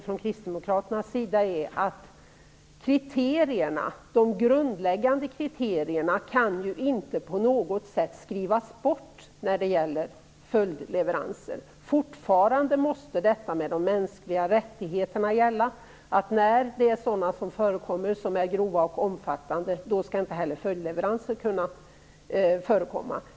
Från kristdemokraternas sida har vi velat påpeka att de grundläggande kriterierna inte på något sätt kan skrivas bort när det gäller följdleveranser. Kraven på mänskliga rättigheter måste fortfarande gälla. När grova och omfattande kränkningar av dessa förekommer skall inte följdleveranser kunna ske.